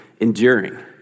enduring